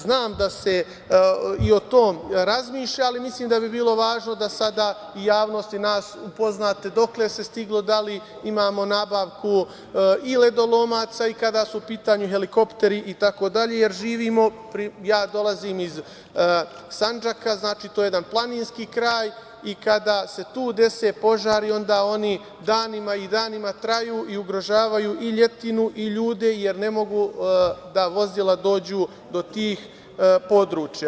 Znam da se i o tome razmišlja, ali mislim da bi bilo važno da sada i javnost i nas upoznate dokle se stiglo, da li imamo nabavku i ledolomaca i kada su u pitanju helikopteri itd, jer živimo, ja dolazim iz Sandžaka, to je jedan planinski kraj, i kada se tu dese požari onda oni danima i danima traju i ugrožavaju i ljetinu i ljude jer ne mogu da vozila dođu do tih područja.